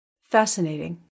fascinating